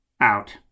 out